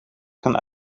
kan